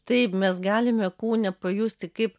taip mes galime kūne pajusti kaip